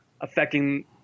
affecting